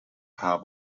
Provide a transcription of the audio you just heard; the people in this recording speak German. paar